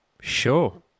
Sure